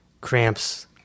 cramps